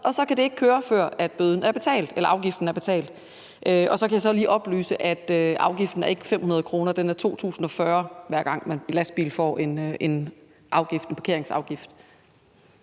og så kan det ikke køre, før afgiften er betalt. Og så kan jeg lige oplyse, at afgiften ikke er på 500 kr. Den er på 2.040 kr., hver gang en lastbil får en parkeringsafgift.